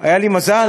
היה לי מזל?